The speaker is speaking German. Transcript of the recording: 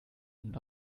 und